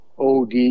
OD